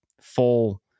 full